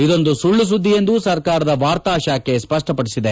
ಇದೊಂದು ಸುಳ್ಳು ಸುದ್ದಿ ಎಂದು ಸರ್ಕಾರದ ವಾರ್ತಾ ಶಾಖೆ ಸ್ಪಷ್ಟಪಡಿಸಿದೆ